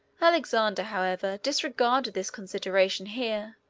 alexander, however, disregarded this consideration here,